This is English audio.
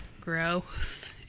growth